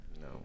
No